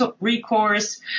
recourse